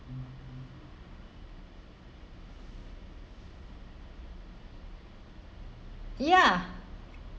ya